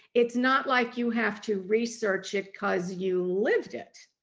it's not like you have to research it because you lived it.